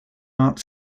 art